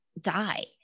die